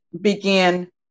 begin